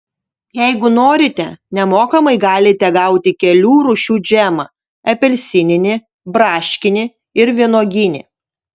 jeigu norite nemokamai galite gauti kelių rūšių džemą apelsininį braškinį ir vynuoginį